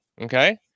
okay